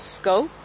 scope